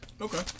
Okay